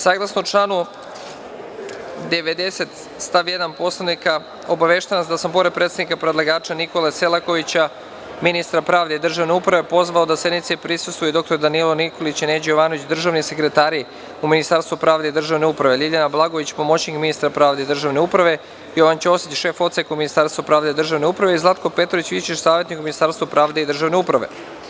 Saglasno članu 90. stav 1. Poslovnika Narodne skupštine, obaveštavam vas da sam, pored predstavnika predlagača Nikole Selakovića, ministra pravde i državne uprave, pozvao da sednici prisustvuju i: dr Danilo Nikolić i Neđo Jovanović, državni sekretari u Ministarstvu pravde i državne uprave, Ljiljana Blagojević, pomoćnik ministra pravde i državne uprave, Jovan Ćosić, šef Odseka u Ministarstvu pravde i državne uprave i Zlatko Petrović, viši savetnik u Ministarstvu pravde i državne uprave.